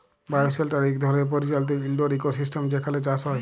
bioshelter ইক ধরলের পরিচালিত ইলডোর ইকোসিস্টেম যেখালে চাষ হ্যয়